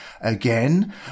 again